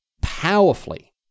powerfully